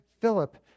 Philip